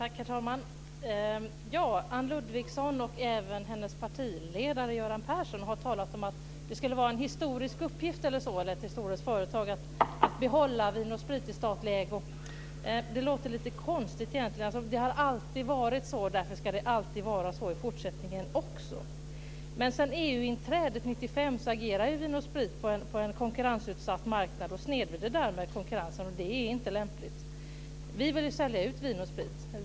Herr talman! Anne Ludvigsson och även hennes partiledare Göran Persson har talat om att det skulle vara en historisk uppgift eller ett historiskt företag att behålla Vin & Sprit i statlig ägo. Det låter lite konstigt, egentligen: Det har alltid varit så, och därför ska det vara så i fortsättningen också. Men sedan EU inträdet 1995 agerar Vin & Sprit på en konkurrensutsatt marknad och snedvrider därmed konkurrensen, och det är inte lämpligt. Vi vill sälja ut Vin & Sprit.